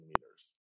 meters